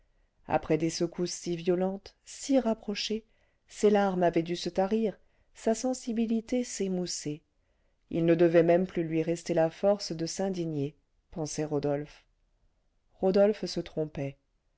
après des secousses si violentes si rapprochées ses larmes avaient dû se tarir sa sensibilité s'émousser il ne devait même plus lui rester la force de s'indigner pensait rodolphe rodolphe se trompait